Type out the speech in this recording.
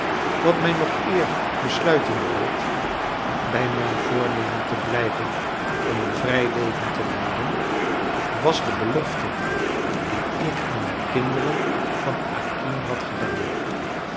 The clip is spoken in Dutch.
wat mij nog eer besluiten deed bij mijn voornemen te blijven om een vrij leven te leiden was de belofte die ik aan de kinderen van acquin had gedaan